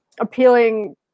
appealing –